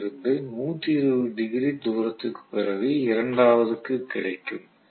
F ல் இருந்து 120 degree தூரத்திற்குப் பிறகு இரண்டாவதுக்கு கிடைக்கும்